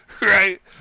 Right